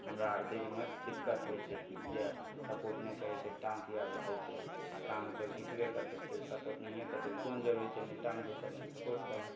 हमराआर दिलमे दिक्कत होइ छै जे सपोर्ट नहि करै छै टाँग किएक घिचै छै आओर टाँग तऽ घिचबे करतै तऽ सपोर्ट नहिए करतै तऽ कोन जरूरी छै नहि टाँङ घिचै नहि सपोर्ट करै